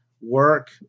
work